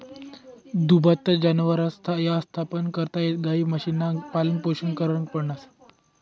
दुभत्या जनावरसना यवस्थापना करता गायी, म्हशीसनं पालनपोषण करनं पडस